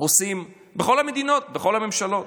עושים בכל המדינות, בכל הממשלות: